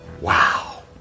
wow